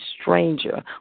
stranger